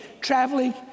traveling